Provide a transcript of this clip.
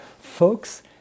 Folks